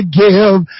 give